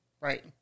right